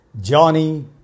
Johnny